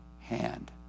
hand